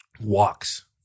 walks